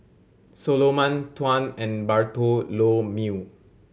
Soloman Tuan and Bartholomew